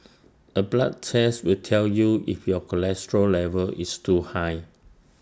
A blood test will tell you if your cholesterol level is too high